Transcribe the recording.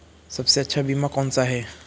सबसे अच्छा बीमा कौनसा है?